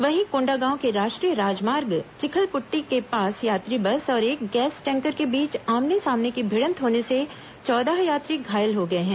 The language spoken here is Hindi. वहीं कोंडागांव के राष्ट्रीय राजमार्ग चिखलपुट्टी के पास यात्री बस और एक गैस टैंकर के बीच आमने सामने की भिडंत होने से चौदह यात्री घायल हो गए हैं